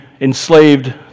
enslaved